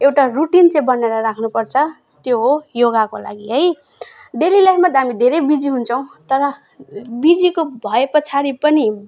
एउटा रुटिन चाहिँ बनाएर राख्नुपर्छ त्यो हो योगाको लागि है डेली लाइफमा त हामी धेरै बिजी हुन्छौँ तर बिजीको भए पछाडि पनि